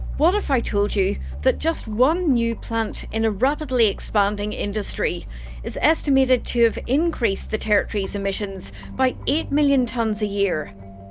what if i told you that just one new plant in a rapidly expanding industry is estimated to have increased the territory's emissions by eight million tonnes a year?